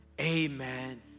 Amen